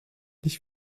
nicht